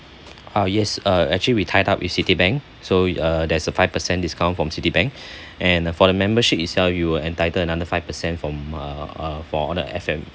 ah yes uh actually we tied up with Citibank so uh there's a five percent discount from Citibank and for the membership itself you will entitle another five percent from uh for all the F and